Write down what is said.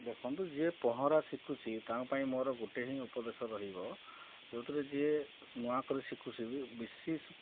ଦେଖନ୍ତୁ ଯିଏ ପହଁରା ଶିଖୁଛି ତାଙ୍କ ପାଇଁ ମୋର ଗୋଟେ ହିଁ ଉପଦେଶ ରହିବ ଯେଉଁଥିରେ ଯିଏ ନୂଆ କରି ଶିଖୁଛନ୍ତି ବିଶେଷ